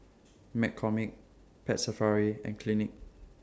McCormick Pet Safari and Clinique